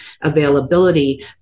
availability